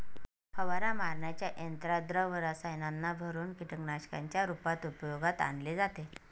फवारा मारण्याच्या यंत्रात द्रव रसायनांना भरुन कीटकनाशकांच्या रूपात उपयोगात आणले जाते